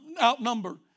outnumber